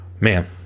man